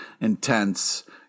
intense